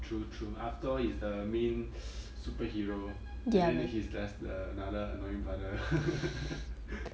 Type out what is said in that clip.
true true after all he's the main superhero and then his there's the another annoying brother